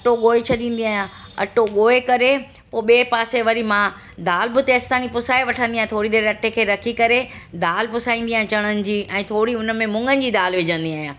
अटो गोए छॾींदी आहियां अटो ॻोहे करे पोइ ॿिए पासे वरी मां दालि बि तेसि ताणी पुसाए वठंदी आहियां थोरी देरि अटे खे रखी करे दालि पुसाईंदी आहियां चणनि जी ऐं थोरी हुन में मूङनि जी दालि विझंदी आहियां